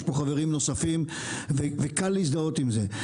יש פה חברים נוספים וקל להזדהות עם זה.